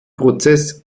prozess